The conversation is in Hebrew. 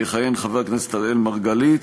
יכהן חבר הכנסת אראל מרגלית,